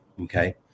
Okay